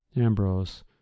Ambrose